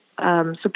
Support